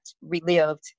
relived